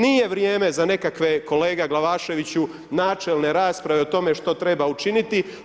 Nije vrijeme za nekakve kolega Glavaševiću, načelne rasprave, o tome što treba učiniti.